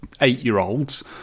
eight-year-olds